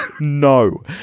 no